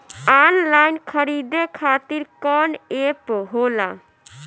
Online खरीदे खातीर कौन एप होला?